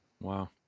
Wow